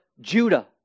Judah